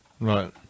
Right